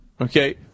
Okay